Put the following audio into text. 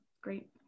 great